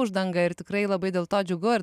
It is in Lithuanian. uždanga ir tikrai labai dėl to džiugu ir